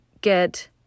get